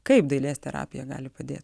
kaip dailės terapija gali padėt